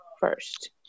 first